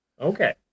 Okay